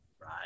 right